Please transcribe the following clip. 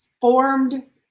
formed